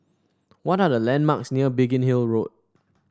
what are the landmarks near Biggin Hill Road